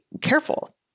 careful